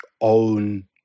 own